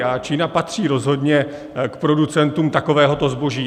A Čína patří rozhodně k producentům takového zboží.